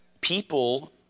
people